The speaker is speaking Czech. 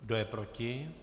Kdo je proti?